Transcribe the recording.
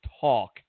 talk